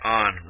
on